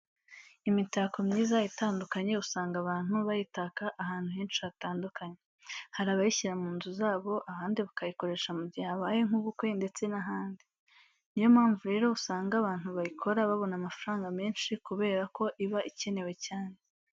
Imitako myiza itandukanye usanga abantu bayitaka ahantu henshi hatandukanye. Hari abayishyira mu nzu zabo, abandi bakayikoresha mu gihe habaye nk'ubukwe ndetse n'ahandi. Ni yo mpamvu rero usanga abantu bayikora babona amafaranga menshi kubera ko iba ikenewe cyane.